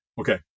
okay